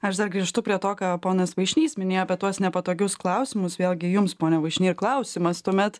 aš dar grįžtu prie to ką ponas vaišnys minėjo apie tuos nepatogius klausimus vėlgi jums pone vaišny ir klausimas tuomet